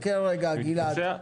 חכה רגע גלעד.